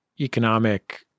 economic